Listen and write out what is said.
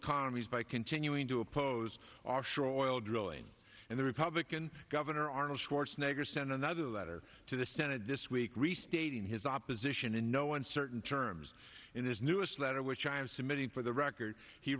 economies by continuing to oppose offshore oil drilling and the republican governor arnold schwarzenegger sent another letter to the senate this week restating his opposition in no uncertain terms in his newest letter which i am submitting for the record he